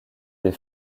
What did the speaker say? des